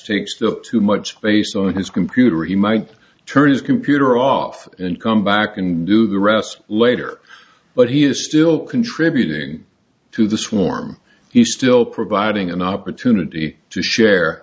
takes the too much space on his computer or he might turn his computer off and come back and do the rest later but he is still contributing to the swarm he still providing an opportunity to share